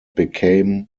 became